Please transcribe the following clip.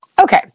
Okay